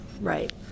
right